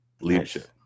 leadership